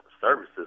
services